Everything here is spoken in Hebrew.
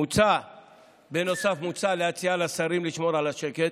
מוצע להציע לשרים לשמור על השקט.